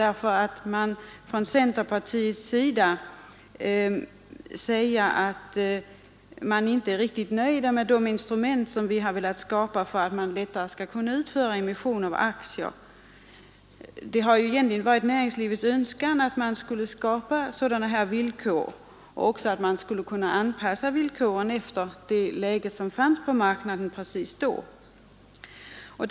Man är från centerpartiets sida inte riktigt nöjd med de instrument som vi har velat skapa för att man lättare skall kunna utföra emission av aktier. Det har varit näringslivets önskan att man skulle skapa sådana här finansieringsformer och att man skulle anpassa villkoren efter det läge som rådde på marknaden just vid emissionstillfället.